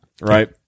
right